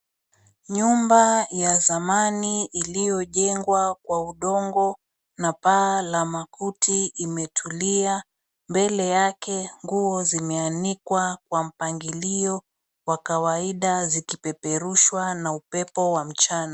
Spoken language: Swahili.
Nyumba ya zamani iliyojengwa kwa udongo na paa la makuti imetulia ,mbele yake nguo zimeanikwa kwa mpangilio wa kawaida zikipeperushwa na upepo wa mchana.